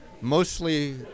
mostly